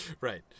right